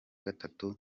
gatatu